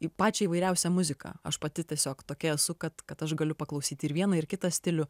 į pačią įvairiausią muziką aš pati tiesiog tokia esu kad kad aš galiu paklausyti ir vieną ir kitą stilių